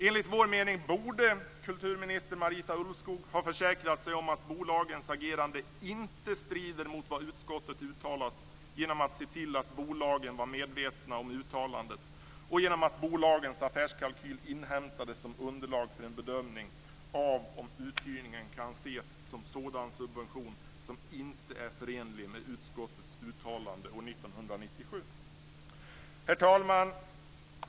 Enligt vår mening borde kulturminister Marita Ulvskog ha försäkrat sig om att bolagens agerande inte strider mot vad utskottet har uttalat genom att se till att bolagen var medvetna om uttalandet och genom att bolagens affärskalkyl inhämtades som underlag för en bedömning av om uthyrningen kan ses som en sådan subvention som inte är förenlig med utskottets uttalande år 1997. Herr talman!